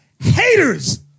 haters